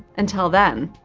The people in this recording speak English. until then,